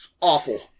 Awful